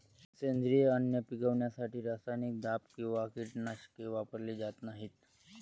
सेंद्रिय अन्न पिकवण्यासाठी रासायनिक दाब किंवा कीटकनाशके वापरली जात नाहीत